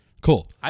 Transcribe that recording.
Cool